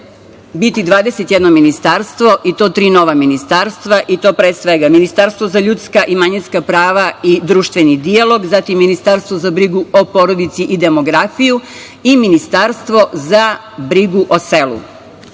biti 21 ministarstvo i to tri nova ministarstva, pre svega ministarstvo za ljudska i manjinska prava i društveni dijalog, zatim ministarstvo za brigu o porodici i demografiju i ministarstvo za brigu o